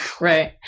Right